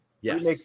yes